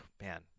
Man